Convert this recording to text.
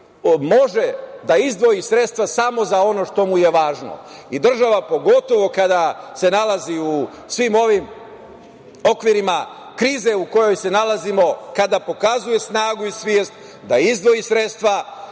može da izdvoji sredstva samo za ono što mu je važno. Država pogotovo kada se nalazi u svim ovim okvirima krize u kojoj se nalazimo, kada pokazuje snagu i svest da izdvoji sredstva,